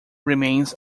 remains